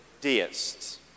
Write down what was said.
deists